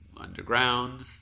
Underground